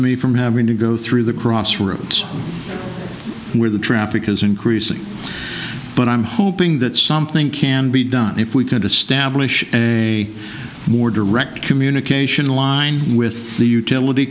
me from having to go through the cross roads where the traffic is increasing but i'm hoping that something can be done if we could establish a more direct communication line with the utility